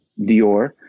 Dior